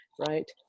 right